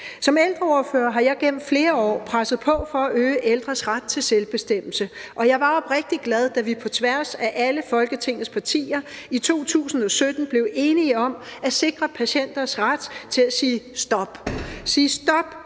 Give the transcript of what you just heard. Som ældreordfører har jeg gennem flere år presset på for at øge ældres ret til selvbestemmelse, og jeg var oprigtig glad, da vi på tværs af alle Folketingets partier i 2017 blev enige om at sikre patienters ret til at sige stop – til